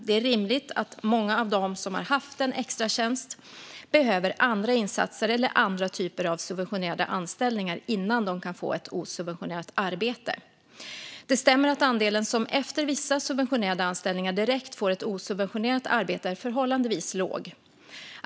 Det är rimligt att många av dem som haft en extratjänst behöver andra insatser eller andra typer av subventionerade anställningar innan de kan få ett osubventionerat arbete. Det stämmer att andelen som efter vissa subventionerade anställningar direkt får ett osubventionerat arbete är förhållandevis låg.